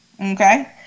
Okay